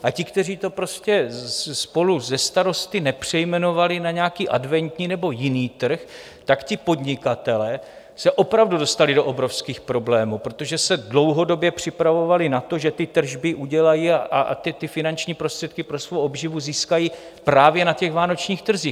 A ti, kteří to prostě spolu se starosty nepřejmenovali na nějaký adventní nebo jiný trh, tak ti podnikatelé se opravdu dostali do obrovských problémů, protože se dlouhodobě připravovali na to, že ty tržby udělají, a teď finanční prostředky pro svou obživu získají právě na těch vánočních trzích.